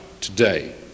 today